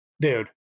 Dude